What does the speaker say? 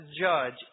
judge